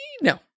No